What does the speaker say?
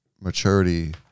maturity